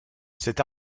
cet